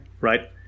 Right